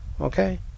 Okay